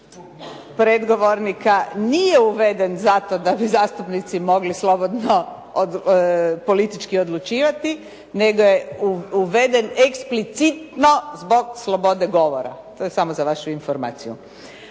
predgovornika, nije uveden zato da bi zastupnici mogli slobodno politički odlučivati nego je uveden eksplicitno zbog slobode govora. To je samo za vašu informaciju.